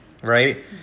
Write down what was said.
Right